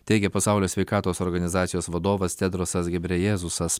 teigė pasaulio sveikatos organizacijos vadovas tedrosas gebrejėzusas